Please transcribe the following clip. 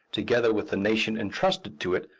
together with the nation entrusted to it,